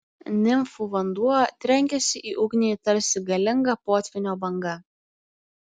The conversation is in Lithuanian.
nimfų vanduo trenkėsi į ugnį tarsi galinga potvynio banga